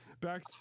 back